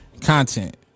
content